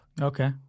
Okay